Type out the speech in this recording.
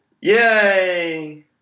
Yay